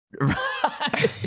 right